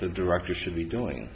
the director should be doing